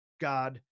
God